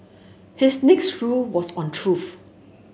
his next rule was on truth